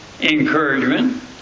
encouragement